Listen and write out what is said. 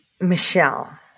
Michelle